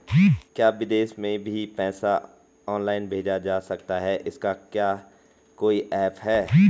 क्या विदेश में भी पैसा ऑनलाइन भेजा जा सकता है इसका क्या कोई ऐप है?